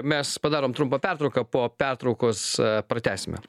mes padarom trumpą pertrauką po pertraukos pratęsime